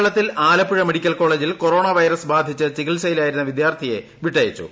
കേരളത്തിൽ ആലപ്പുഴ മെഡിക്കൽ കോളേജിൽ corona virus ബാധിച്ച് ചികിത്സയിലായിരുന്ന വിദ്യാർത്ഥിയെ വിട്ടയച്ചു